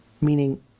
Meaning